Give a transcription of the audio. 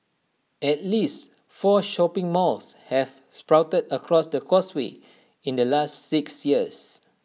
at least four shopping malls have sprouted across the causeway in the last six years